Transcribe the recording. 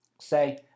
say